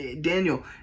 Daniel